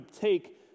take